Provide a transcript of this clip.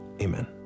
amen